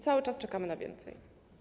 Cały czas czekamy na więcej.